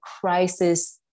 crisis